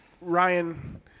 Ryan